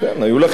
זה שם